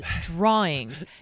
drawings